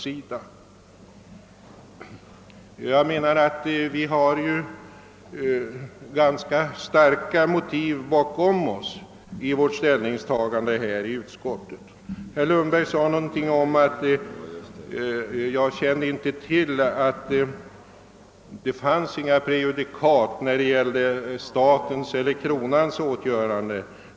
Jag anser därför att vi har ganska starka skäl för vårt ställningstagande i utskottet. Herr Lundberg sade att statens eller kronans åtgöranden aldrig blir preskriberade.